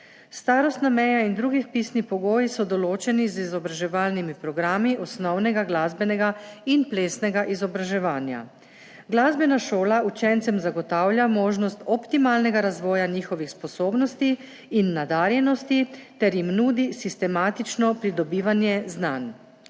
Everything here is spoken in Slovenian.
Starostna meja in drugi vpisni pogoji so določeni z izobraževalnimi programi osnovnega glasbenega in plesnega izobraževanja. Glasbena šola učencem zagotavlja možnost optimalnega razvoja sposobnosti in nadarjenosti ter jim nudi sistematično pridobivanje znanj.